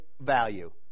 value